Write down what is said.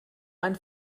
ein